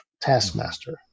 taskmaster